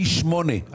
פי שמונה.